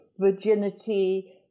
virginity